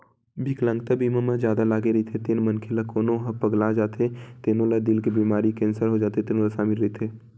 बिकलांगता बीमा म जादा लागे रहिथे तेन मनखे ला कोनो ह पगला जाथे तेनो ला दिल के बेमारी, केंसर हो जाथे तेनो ह सामिल रहिथे